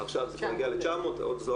900 אלף.